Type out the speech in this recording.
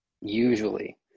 usually